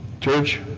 Church